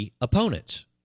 opponents